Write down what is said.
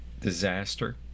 disaster